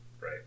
right